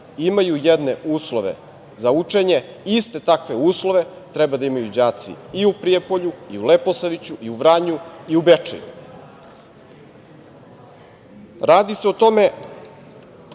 imaju jedne uslove za učenje, iste takve uslove treba da imaju đaci i u Prijepolju i u Leposaviću i u Vranju i u Bečeju. Radi se o tome